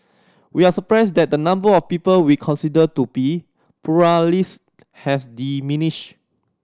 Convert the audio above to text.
we are surprised that the number of people we consider to be pluralist has diminished